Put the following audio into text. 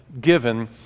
given